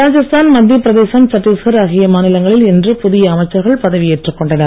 ராஜஸ்தான் மத்திய பிரதேசம் சட்டீஸ்கர் ஆகிய மாநிலங்களில் இன்று புதிய அமைச்சர்கள் பதவியேற்றுக் கொண்டனர்